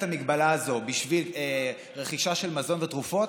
ההגבלה הזאת בשביל רכישה של מזון ותרופות,